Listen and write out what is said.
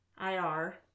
IR